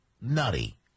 nutty